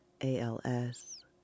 ALS